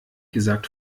gesagt